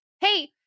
Hey